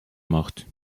macht